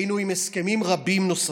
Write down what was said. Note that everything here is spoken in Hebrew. היינו עם הסכמים רבים נוספים.